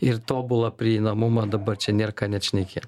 ir tobulą prieinamumą dabar čia nėr ką net šnekėt